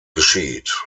geschieht